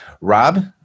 Rob